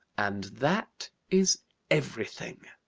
and that is everything.